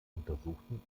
untersuchten